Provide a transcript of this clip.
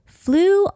flew